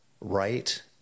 right